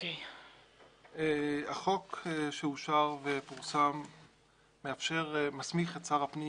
החוק שאושר ופורסם מסמיך את שר הפנים